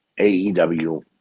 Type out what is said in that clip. AEW